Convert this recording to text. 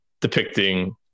depicting